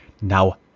now